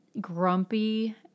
grumpy